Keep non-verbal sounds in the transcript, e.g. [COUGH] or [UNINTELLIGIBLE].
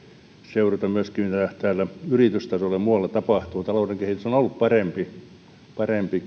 seurata myöskin mitä täällä yritystasolla ja muualla tapahtuu talouden kehitys on ollut parempi parempi [UNINTELLIGIBLE]